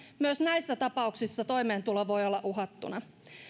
myös näissä tapauksissa toimeentulo voi olla uhattuna